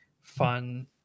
fun